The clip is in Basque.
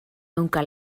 ehunka